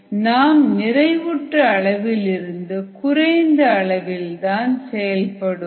நாம் நிறைவுற்ற அளவிலிருந்து குறைந்த அளவில் தான் செயல்படுவோம்